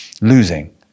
losing